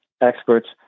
experts